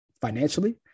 Financially